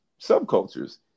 subcultures